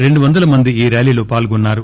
రెండు వందల మంది ఈ ర్యాలీలో పాల్గొన్నారు